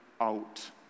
out